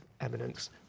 eminence